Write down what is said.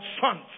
sons